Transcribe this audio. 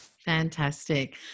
Fantastic